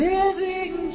Living